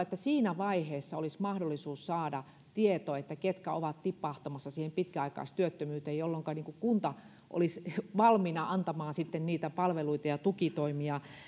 että siinä vaiheessa olisi mahdollisuus saada tieto siitä ketkä ovat tipahtamassa pitkäaikaistyöttömyyteen jolloinka kunta olisi valmiina antamaan sitten niitä palveluita ja tukitoimia